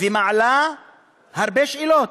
ומעלה הרבה שאלות.